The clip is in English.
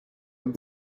had